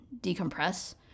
decompress